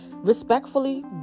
respectfully